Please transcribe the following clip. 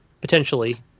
potentially